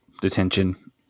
detention